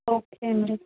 okay మరి